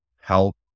help